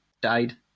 died